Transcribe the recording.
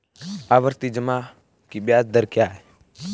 आवर्ती जमा की ब्याज दर क्या है?